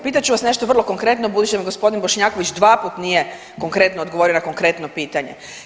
Pitat ću vas nešto vrlo konkretno, budući da g. Bošnjaković dvaput nije konkretno odgovorio na konkretno pitanje.